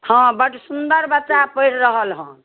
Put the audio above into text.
हँ बड्ड सुन्दर बच्चा पढ़ि रहल हन